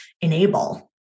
enable